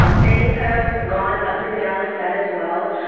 um things have gone up and down with that as well.